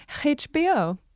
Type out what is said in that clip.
HBO